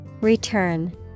Return